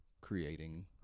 creating